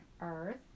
earth